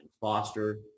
foster